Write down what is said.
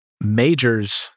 majors